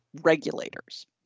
regulators